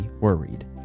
worried